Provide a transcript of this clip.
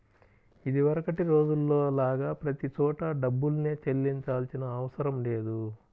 ఇదివరకటి రోజుల్లో లాగా ప్రతి చోటా డబ్బుల్నే చెల్లించాల్సిన అవసరం లేదు